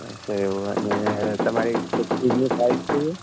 અચ્છા એવું અને તમારી શૂઝની સાઇઝ શું છે